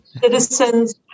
Citizens